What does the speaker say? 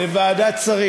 לוועדת שרים.